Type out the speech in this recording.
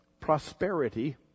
prosperity